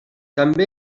també